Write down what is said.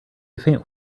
faint